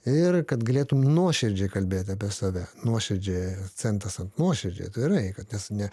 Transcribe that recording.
ir kad galėtum nuoširdžiai kalbėt apie save nuoširdžiai akcentas ant nuoširdžiai atvirai kad ne